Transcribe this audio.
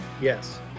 yes